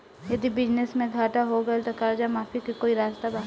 यदि बिजनेस मे घाटा हो गएल त कर्जा माफी के कोई रास्ता बा?